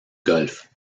golf